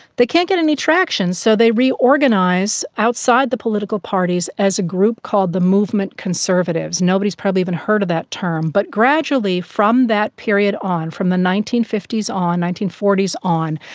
they can't get any traction, so they reorganise outside the political parties as a group called the movement conservatives. nobody has probably even heard of that term. but gradually from that period on, from the nineteen fifty s on, nineteen forty s on,